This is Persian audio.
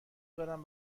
دارم